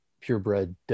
purebred